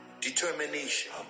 determination